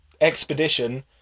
expedition